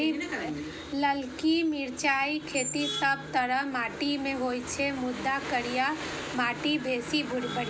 ललकी मिरचाइक खेती सब तरहक माटि मे होइ छै, मुदा करिया माटि बेसी बढ़िया